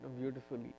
beautifully